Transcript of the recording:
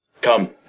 Come